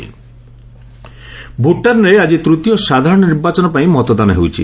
Bhutan election ଭୁଟାନରେ ଆଜି ତୂତୀୟ ସାଧାରଣ ନିର୍ବାଚନ ପାଇଁ ମତଦାନ ହେଉଛି